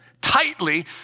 tightly